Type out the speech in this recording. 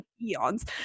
eons